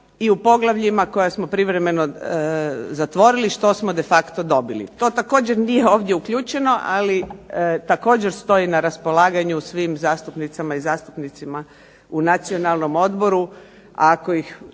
i u poglavljima koja smo privremeno zatvorili što smo de facto dobili. To također nije ovdje uključeno, ali također stoji na raspolaganju svim zastupnicama i zastupnicima u Nacionalnom odboru